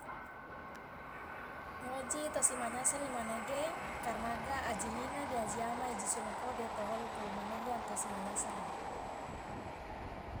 ngoji tosi manyasali manege karnaga aji ngina de aji ama iji suloko de to holuku manege yang tosi manyasali.